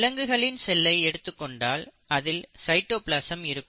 விலங்குகளின் செல்லை எடுத்து கொண்டால் அதில் சைட்டோபிளாசம் இருக்கும்